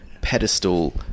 pedestal